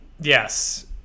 Yes